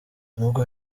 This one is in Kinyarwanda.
nubwo